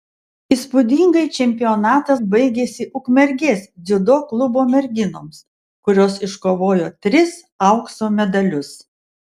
įspūdingai čempionatas baigėsi ukmergės dziudo klubo merginoms kurios iškovojo tris aukso medalius